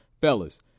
fellas